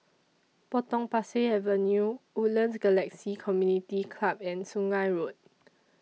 Potong Pasir Avenue Woodlands Galaxy Community Club and Sungei Road